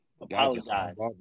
Apologize